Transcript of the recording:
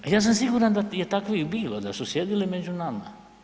Ja sam siguran da je takvih bilo, da su sjedili među nama.